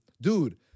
Dude